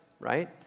right